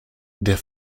der